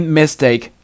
mistake